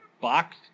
box